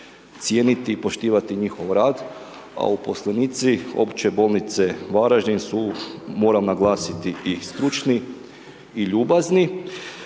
cijeniti i poštivati njihov rad. A uposlenici Opće bolnice Varaždin su moram naglasiti i stručni i ljubazni.